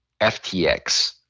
FTX